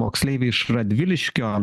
moksleivė iš radviliškio